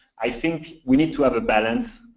i think we need to have a balance,